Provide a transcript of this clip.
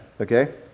Okay